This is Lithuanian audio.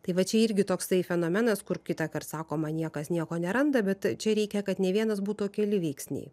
tai va čia irgi toksai fenomenas kur kitąkart sakoma niekas nieko neranda bet čia reikia kad nė vienas būtų o keli veiksniai